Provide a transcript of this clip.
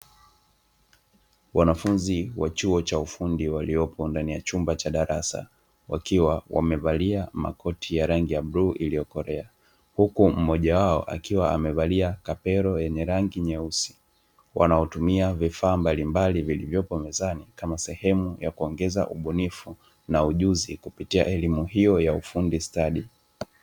Wanafunzi wa chuo cha ufundi waliopo ndani ya chumba cha darasa wakiwa wamevalia makoti ya rangi ya bluu iliyokolea huku mmoja wao akiwa amevalia kapelo yenye rangi nyeusi wanaotumia vifaa mbalimbali vilivyopo mezani kama sehemu ya kuongeza ubunifu na ujuzi kupitia elimu hiyo ya ufundi stadi.